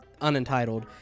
Unentitled